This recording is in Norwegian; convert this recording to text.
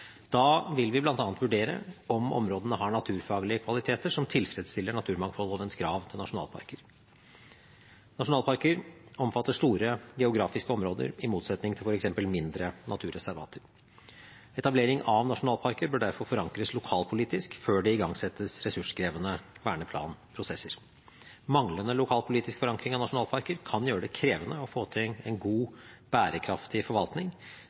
Da vil vi bl.a. vurdere om områdene har naturfaglige kvaliteter som tilfredsstiller naturmangfoldlovens krav til nasjonalparker. Nasjonalparker omfatter store geografiske områder i motsetning til f.eks. mindre naturreservater. Etablering av nasjonalparker bør derfor forankres lokalpolitisk før det igangsettes ressurskrevende verneplanprosesser. Manglende lokalpolitisk forankring av nasjonalparker kan gjøre det krevende å få til en god, bærekraftig forvaltning,